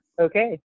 Okay